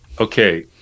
okay